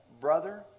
brother